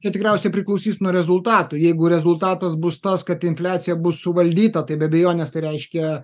čia tikriausiai priklausys nuo rezultatų jeigu rezultatas bus tas kad infliacija bus suvaldyta tai be abejonės tai reiškia